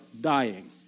dying